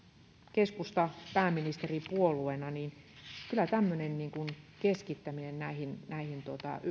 keskusta pääministeripuolueena niin kyllä tämmöinen keskittäminen näihin näihin